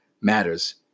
matters